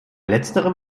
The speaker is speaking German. letzterem